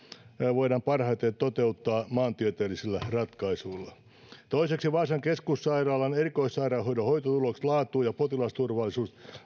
voidaan parhaiten toteuttaa maantieteellisillä ratkaisuilla toiseksi vaasan keskussairaalan erikoissairaanhoidon hoitotulokset laatu ja potilasturvallisuus